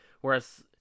Whereas